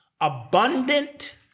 abundant